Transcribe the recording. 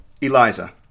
ELIZA